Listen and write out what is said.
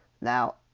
Now